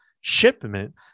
shipment